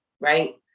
right